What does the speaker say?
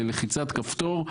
בלחיצת כפתור,